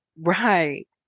right